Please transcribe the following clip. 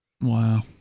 Wow